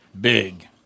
Big